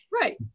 Right